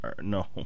No